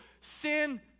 sin